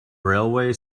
railway